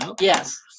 Yes